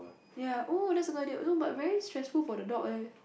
ya oh that's a good idea no but very stressful for the dog eh